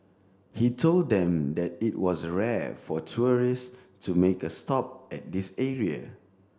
he told them that it was rare for tourists to make a stop at this area